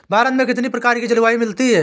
भारत में कितनी प्रकार की जलवायु मिलती है?